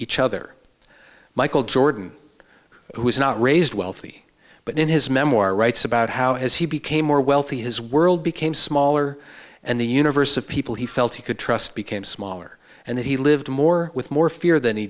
each other michael jordan who is not raised wealthy but in his memoir writes about how as he became more wealthy his world became smaller and the universe of people he felt he could trust became smaller and he lived more with more fear than he